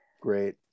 great